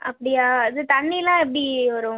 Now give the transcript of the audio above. அப்படியா இது தண்ணிலாம் எப்படி வரும்